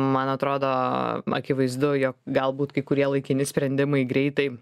man atrodo akivaizdu jog galbūt kai kurie laikini sprendimai greitai